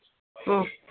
ꯑꯥ